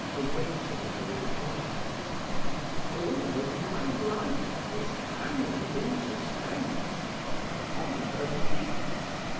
awaiting her reply all of my life was hanging in suspense upon her lips.